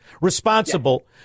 responsible